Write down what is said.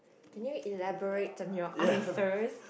can you elaborate on your answers